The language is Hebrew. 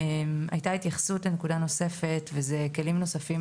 הייתה נקודה נוספת כלים נוספים